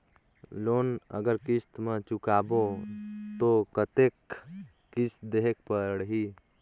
Loan अगर किस्त म चुकाबो तो कतेक किस्त देहेक पढ़ही?